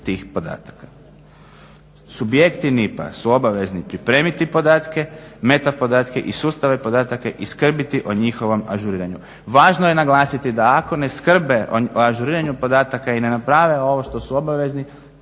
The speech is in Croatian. Subjekti NIP-a su obavezni pripremiti podatke, meta podatke i sustave podataka i skrbiti o njihovom ažuriranu. Važno je naglasiti da ako ne skrbe o ažuriranju podataka i ne naprave ovo što su obavezni